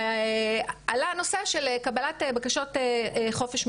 עלה הנושא של קבלת בקשות חופש מידע,